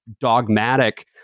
dogmatic